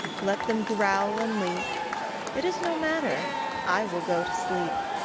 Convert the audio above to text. let them growl and leap it is no matter i will go to sleep.